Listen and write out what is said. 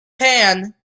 pan